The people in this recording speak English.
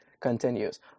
continues